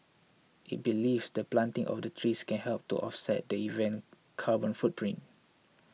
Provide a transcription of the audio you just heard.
it believes the planting of the trees can help to offset the event carbon footprint